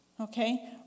Okay